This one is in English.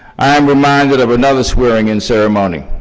i am reminded of another swearing in ceremony.